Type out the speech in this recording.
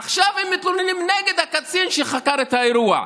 עכשיו הם מתלוננים נגד הקצין שחקר את האירוע.